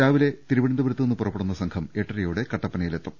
രാവിലെ തിരുവനന്തപുരത്ത് നി ന്ന് പുറപ്പെടുന്ന സംഘം എട്ടരയോടെ കട്ടപ്പനയിലെത്തും